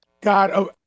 God